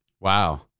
Wow